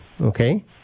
Okay